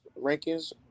rankings